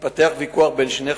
התפתח ויכוח בין שני חיילים,